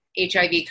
HIV